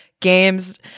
games